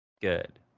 Good